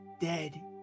dead